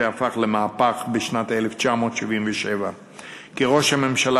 למה שהפך למהפך בשנת 1977. כראש הממשלה